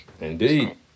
Indeed